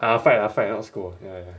ah fight lah fight not scold ya ya